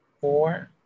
four